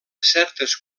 certes